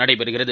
நடைபெறுகிறது